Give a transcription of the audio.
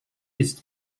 ist